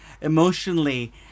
emotionally